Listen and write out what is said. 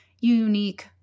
unique